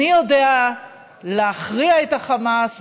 אני יודע להכריע את החמאס,